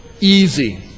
Easy